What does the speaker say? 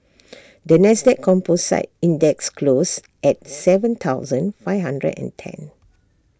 the Nasdaq composite index closed at Seven thousand five hundred and ten